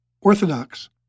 Orthodox